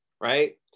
right